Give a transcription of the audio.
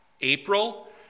April